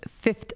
fifth